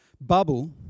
bubble